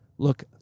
Look